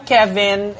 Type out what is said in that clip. Kevin